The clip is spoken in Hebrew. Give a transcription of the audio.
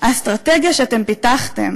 האסטרטגיה שאתם פיתחתם